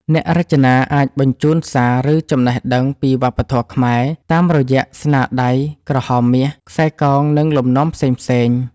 អ្នករចនាអាចបញ្ជូនសារ ឬចំណេះដឹងពីវប្បធម៌ខ្មែរ តាមរយៈស្នាដៃក្រហមមាស ខ្សែកោងនិងលំនាំផ្សេងៗ។